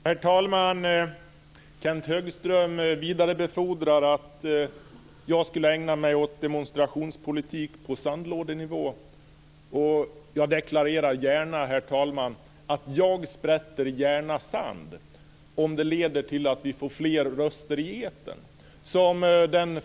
Herr talman! Kenth Högström vidarebefordrar att jag skulle ägna mig åt demonstrationspolitik på sandlådenivå. Jag deklarerar villigt, herr talman, att jag gärna sprätter sand om det leder till att vi får fler röster i etern.